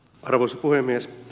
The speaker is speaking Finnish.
arvoisa puhemies